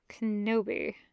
Kenobi